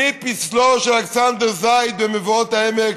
מפסלו של אלכסנדר זייד במבואות העמק